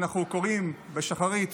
שאנחנו קוראים בשחרית